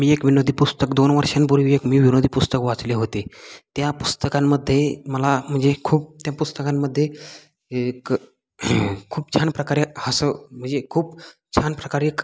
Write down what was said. मी एक विनोदी पुस्तक दोन वर्षांपूर्वी एक मी विनोदी पुस्तक वाचले होते त्या पुस्तकांमध्ये मला म्हणजे खूप त्या पुस्तकांमध्ये एक खूप छान प्रकारे हसं म्हणजे खूप छान प्रकारे एक